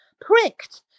pricked